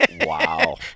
Wow